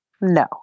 No